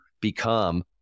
become